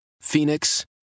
Phoenix